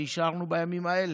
שאישרנו בימים האלה,